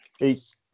Peace